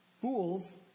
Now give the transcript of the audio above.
Fools